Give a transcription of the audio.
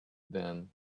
then